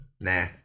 Nah